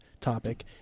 topic